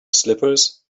slippers